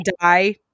die